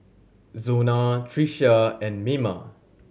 Zona Tricia and Mima